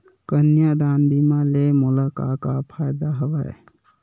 कन्यादान बीमा ले मोला का का फ़ायदा हवय?